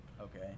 Okay